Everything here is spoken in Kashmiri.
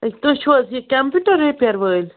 تُہۍ چھُو حظ یہِ کَمپیوٗٹر رِپیر وٲلۍ